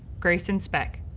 grayson speck,